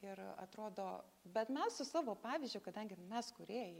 ir atrodo bet mes su savo pavyzdžiu kadangi mes kūrėjai